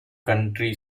country